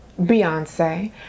Beyonce